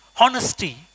Honesty